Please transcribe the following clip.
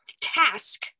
task